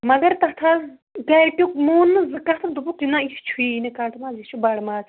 مگر تَتھ حظ گرٕکیٚو مون نہٕ زٕ کَتھہٕ دوٚپُکھ نَہ یہِ چھُیی نہٕ کَٹہٕ ماز یہِ چھُ بَڑٕ ماز